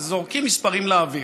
זורקים מספרים לאוויר.